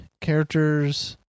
characters